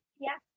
yes